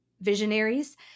visionaries